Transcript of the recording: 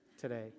today